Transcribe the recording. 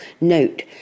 note